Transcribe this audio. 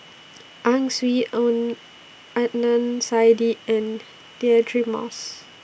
Ang Swee Aun Adnan Saidi and Deirdre Moss